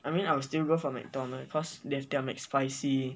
I mean I will still go for mcdonald's cause they have their mcspicy